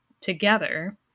together